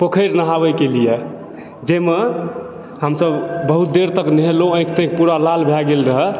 पोखरि नहाबै कऽ लिअऽ जहिमे हमसभ बहुत देर तक नहेलहुँ आँखि ताँखि पूरा लाल भए गेल रहऽ